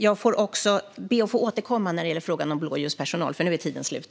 Jag ber att få återkomma när det gäller frågan om blåljustänk, för nu är min talartid slut.